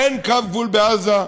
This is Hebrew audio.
אין קו גבול בעזה,